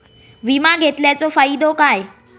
विमा घेतल्याचो फाईदो काय?